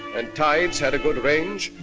and tides had a good range,